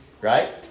right